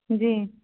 जी